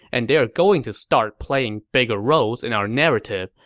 and they are going to start playing bigger roles in our narrative,